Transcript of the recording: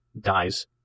dies